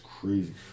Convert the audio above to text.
crazy